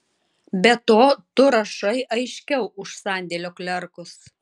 be to tu rašai aiškiau už sandėlio klerkus